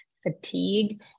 fatigue